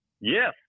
Yes